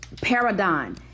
paradigm